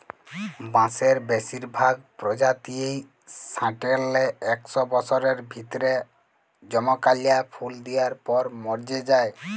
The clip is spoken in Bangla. বাঁসের বেসিরভাগ পজাতিয়েই সাট্যের লে একস বসরের ভিতরে জমকাল্যা ফুল দিয়ার পর মর্যে যায়